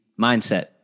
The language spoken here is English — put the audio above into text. mindset